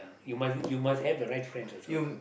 you must you must have the real friend also lah